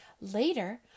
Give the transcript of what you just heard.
Later